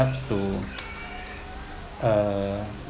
helps to uh